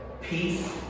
Peace